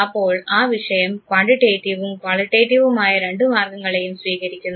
അപ്പോൾ ഈ വിഷയം ക്വാണ്ടിറ്റേറ്റീവ്വും ക്വാളിറ്റേറ്റീവ്വുമായ രണ്ടു മാർഗങ്ങളെയും സ്വീകരിക്കുന്നു